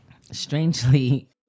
strangely